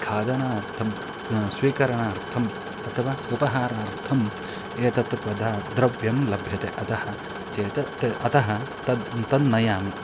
खादनार्थं स्वीकरणार्थम् अथवा उपहारार्थम् एतत् पदानि द्रव्यं लभ्यते अतः चेत् ते अतः तद् तन्नयामि